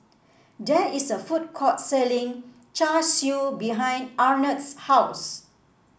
there is a food court selling Char Siu behind Arnett's house